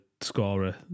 scorer